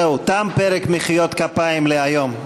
זהו, תם פרק מחיאות הכפיים להיום.